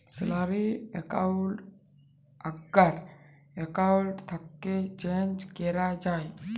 salary account আগ্কার account থ্যাকে change ক্যরা যায়